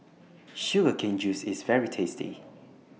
Sugar Cane Juice IS very tasty